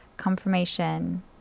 Confirmation